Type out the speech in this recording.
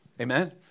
Amen